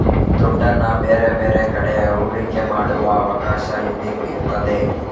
ದುಡ್ಡನ್ನ ಬೇರೆ ಬೇರೆ ಕಡೆ ಹೂಡಿಕೆ ಮಾಡುವ ಅವಕಾಶ ಇಲ್ಲಿ ಇರ್ತದೆ